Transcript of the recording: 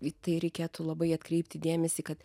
į tai reikėtų labai atkreipti dėmesį kad